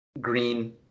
green